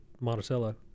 Monticello